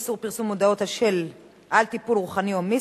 איסור פרסום מודעות על טיפול רוחני או מיסטי),